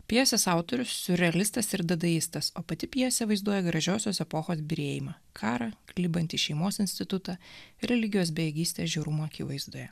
pjesės autorius siurrealistas ir dedaistas o pati pjesė vaizduoja gražiosios epochos byrėjimą karą klibantį šeimos institutą religijos bejėgystę žiaurumo akivaizdoje